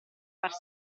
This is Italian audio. far